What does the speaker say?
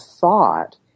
thought